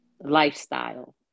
lifestyle